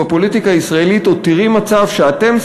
בפוליטיקה הישראלית עוד תראי מצב שאתם,